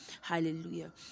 hallelujah